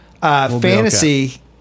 Fantasy